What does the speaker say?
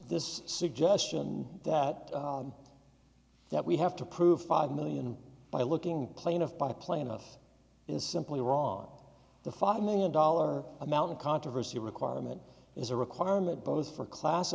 this suggestion that that we have to prove five million by looking plaintiff by plaintiff and simply wrong the five million dollar amount of controversy a requirement is a requirement both for class